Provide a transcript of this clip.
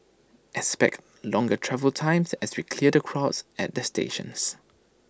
expect longer travel times as we clear the crowds at the stations